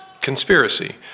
conspiracy